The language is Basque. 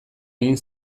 egin